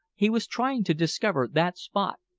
he was trying to discover that spot,